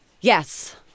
Yes